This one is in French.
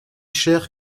cher